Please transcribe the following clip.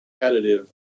competitive